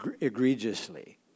egregiously